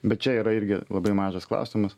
bet čia yra irgi labai mažas klausimas